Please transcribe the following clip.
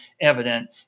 evident